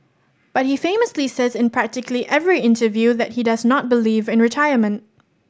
but he famously says in practically every interview that he does not believe in retirement